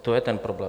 To je ten problém.